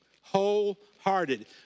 whole-hearted